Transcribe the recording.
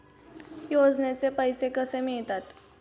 योजनेचे पैसे कसे मिळतात?